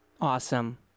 Awesome